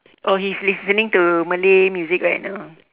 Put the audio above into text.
oh he's listening to malay music right now